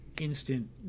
instant